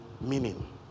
meaning